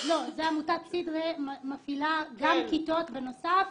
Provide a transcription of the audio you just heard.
אז לא, זו עמותת "סידרי" מפעילה גם כיתות בנוסף